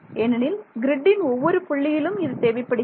ஏனெனில் கிரிட்டின் ஒவ்வொரு புள்ளியிலும் இது தேவைப்படுகிறது